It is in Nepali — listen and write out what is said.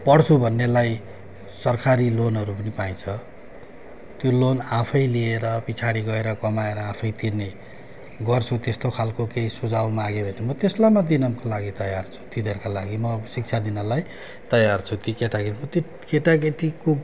पढ्छु भन्नेलाई सरकारी लोनहरू पनि पाइन्छ त्यो लोन आफैँ लिएर पछाडि गएर कमाएर आफैँ तिर्ने गर्छु त्यस्तो खाले केही सुझाउ माग्यो भने म त्यसलाई म दिनको लागि तयार छु तिनीहरूका लागि म शिक्षा दिनलाई तयार छु ती केटा केटी ती केटा केटीको